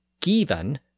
given